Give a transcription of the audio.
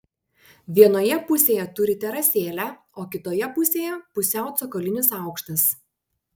vienoje pusėje turi terasėlę o kitoje pusėje pusiau cokolinis aukštas